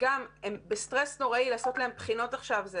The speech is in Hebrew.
הם בסטרס נוראי, לעשות להם בחינות עכשיו זה